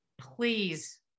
please